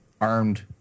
armed